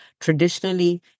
traditionally